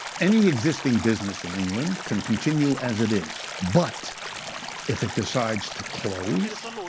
any existing business in england can continue as it is, but if it decides to close,